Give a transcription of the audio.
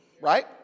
right